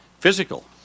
physical